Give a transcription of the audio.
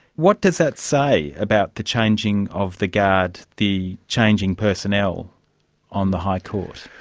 what does that say about the changing of the guard, the changing personnel on the high court?